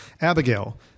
Abigail